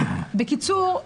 בקיצור,